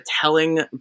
telling